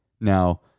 Now